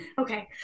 okay